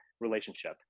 relationship